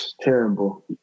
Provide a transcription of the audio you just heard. Terrible